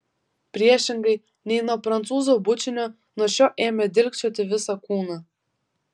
priešingai nei nuo prancūzo bučinio nuo šio ėmė dilgčioti visą kūną